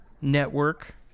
network